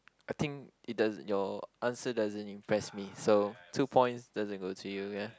I think it does your answer doesn't impress me so two point doesn't go to you ya